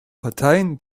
parteien